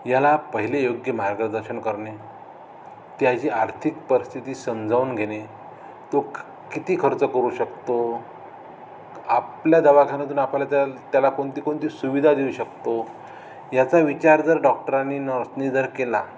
याला पहिले योग्य मार्गदर्शन करणे त्याची आर्थिक परिस्थिती समजावून घेणे तो किती खर्च करू शकतो आपल्या दवाख्यान्यातून आपल्याला त्या त्याला कोणती कोणती सुविधा देऊ शकतो याचा विचार जर डॉक्टरांनी नर्सनी जर केला